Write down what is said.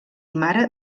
mare